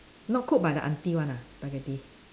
not cook by the aunty [one] ah spaghetti